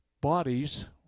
bodies